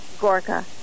Gorka